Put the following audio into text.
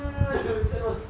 terus